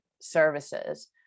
services